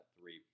three